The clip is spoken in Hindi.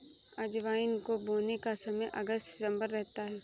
अजवाइन को बोने का समय अगस्त सितंबर रहता है